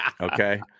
Okay